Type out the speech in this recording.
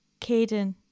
Caden